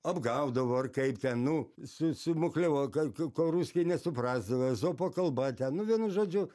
apgaudavo ar kaip ten nu su sumoklevo ka ka ko ruskiai nesuprasdavo ezopo kalba ten nu vienu žodžiu